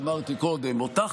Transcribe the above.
תודה רבה,